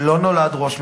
לא נולד ראש ממשלה,